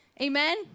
Amen